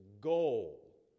goal